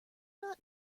not